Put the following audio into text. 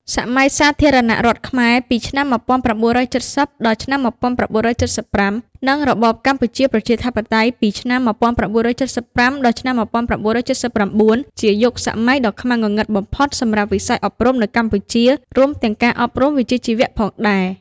សម័យសាធារណរដ្ឋខ្មែរ ពីឆ្នាំ ១៩៧០ ដល់ឆ្នាំ ១៩៧៥ និងរបបកម្ពុជាប្រជាធិបតេយ្យ ពីឆ្នាំ ១៩៧៥ ដល់ឆ្នាំ ១៩៧៩ ជាយុគសម័យដ៏ខ្មៅងងឹតបំផុតសម្រាប់វិស័យអប់រំនៅកម្ពុជា រួមទាំងការអប់រំវិជ្ជាជីវៈផងដែរ។